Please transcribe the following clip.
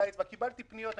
קיבלתי פניות.